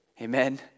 Amen